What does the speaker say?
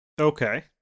Okay